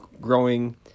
growing